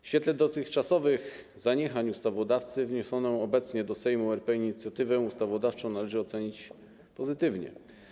W świetle dotychczasowych zaniechań ustawodawcy wniesioną obecnie do Sejmu RP inicjatywę ustawodawczą należy ocenić pozytywnie.